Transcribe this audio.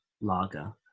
lager